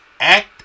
act